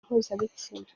mpuzabitsina